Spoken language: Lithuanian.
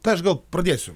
tai aš gal pradėsiu